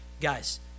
Guys